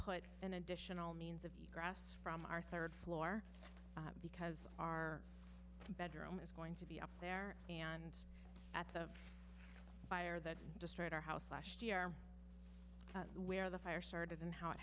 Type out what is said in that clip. put in additional means of grass from our third floor because our bedroom is going to be up there and at the fire that destroyed our house last year where the fire started and how it